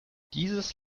dieses